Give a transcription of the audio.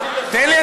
תן לי,